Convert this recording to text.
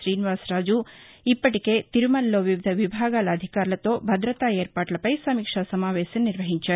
శ్రీనివాసరాజు ఇప్పటికే తిరుమలలో వివిధ విభాగాల అధికారులతో భద్రతా ఏర్పాట్లపై సమీక్షా సమావేశం నిర్వహించారు